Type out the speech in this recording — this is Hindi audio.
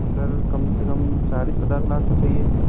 सर कम से कम चालीस पचास लाख तो चाहिए ही